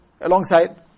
alongside